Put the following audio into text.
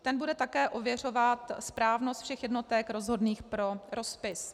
Ten bude také ověřovat správnost všech jednotek rozhodných pro rozpis.